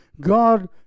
God